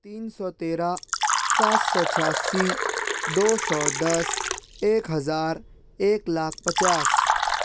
تین سو تیرہ سات سو چھیاسی دو سو دس ایک ہزار ایک لاکھ پچاس